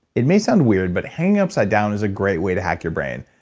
it may sound weird, but hanging upside down is a great way to hack your brain.